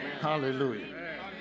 Hallelujah